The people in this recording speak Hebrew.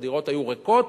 שהדירות היו ריקות,